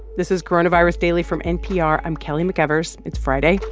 this is coronavirus daily from npr. i'm kelly mcevers. it's friday,